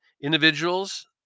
individuals